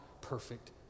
perfect